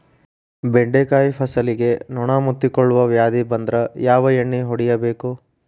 ಬೆಂಡೆಕಾಯ ಫಸಲಿಗೆ ನೊಣ ಮುತ್ತಿಕೊಳ್ಳುವ ವ್ಯಾಧಿ ಬಂದ್ರ ಯಾವ ಎಣ್ಣಿ ಹೊಡಿಯಬೇಕು?